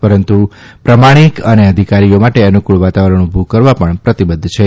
પરંતુ પ્રમાણિક અને અધિકારીઓ માટે અનુફળ વાતાવરણ ઉભું કરવા પણ પ્રતિબદ્ધ છે